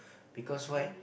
because why